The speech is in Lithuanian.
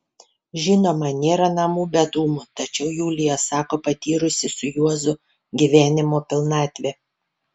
žinoma nėra namų be dūmų tačiau julija sako patyrusi su juozu gyvenimo pilnatvę